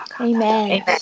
Amen